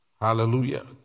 Hallelujah